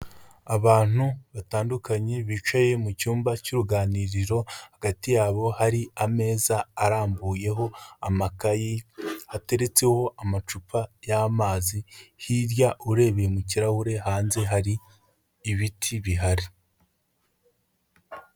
Abantu batandukanye bicaye mu cyumba cy'uruganiriro hagati yabo hari ameza arambuyeho amakayi, hateretseho amacupa y'amazi, hirya urebeye mu kirahure hanze hari ibiti bihari.